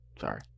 Sorry